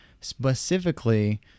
specifically